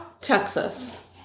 Texas